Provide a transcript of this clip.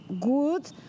good